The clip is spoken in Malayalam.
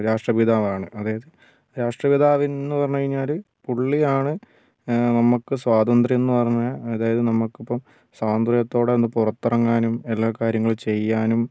രാഷ്ട്രപിതാവാണ് അതായത് രാഷ്ട്രപിതാവെന്നു പറഞ്ഞു കഴിഞ്ഞാൽ പുള്ളിയാണ് നമുക്ക് സ്വാതന്ത്രംന്ന് പറഞ്ഞ അതായത് നമുക്കിപ്പോൾ സ്വാതന്ത്രത്തോടെ ഒന്ന് പുറത്തിറങ്ങാനും എല്ലാ കാര്യങ്ങളും ചെയ്യാനും